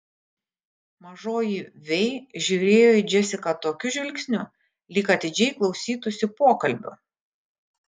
mažoji vei žiūrėjo į džesiką tokiu žvilgsniu lyg atidžiai klausytųsi pokalbio